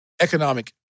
economic